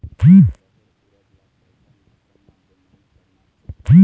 रहेर उरद ला कैसन मौसम मा बुनई करना चाही?